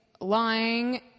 lying